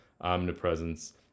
omnipresence